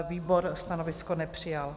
Výbor stanovisko nepřijal.